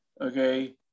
okay